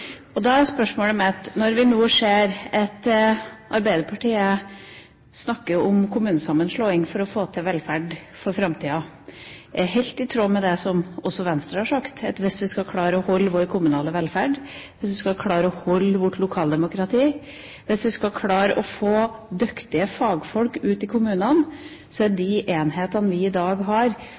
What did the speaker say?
godkjenne. Da er spørsmålet mitt: Når nå Arbeiderpartiet snakker om kommunesammenslåing for å få til velferd for framtida, er det helt i tråd med det som også Venstre har sagt, at hvis man skal klare å holde vår kommunale velferd, hvis vi skal klare å holde vårt lokaldemokrati, hvis vi skal klare å få dyktige fagfolk ut i kommunene, er enhetene vi i dag har,